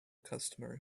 customer